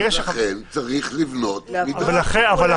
לכן צריך לבנות מדרג ושיקול דעת.